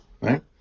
right